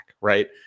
right